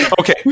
Okay